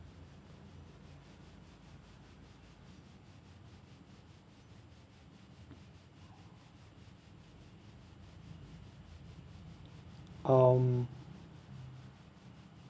um